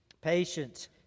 patience